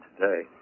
today